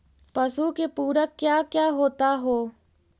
पशु के पुरक क्या क्या होता हो?